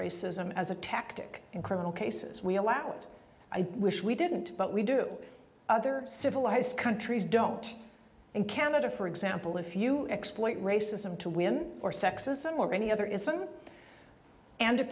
racism as a tactic in criminal cases we allow it i wish we didn't but we do other civilized countries don't and canada for example if you exploit racism to win or sexism or any other isn't and it